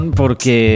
porque